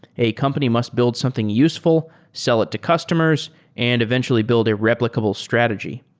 a company must build something useful, sell it to customers and eventually build a replicable strategy.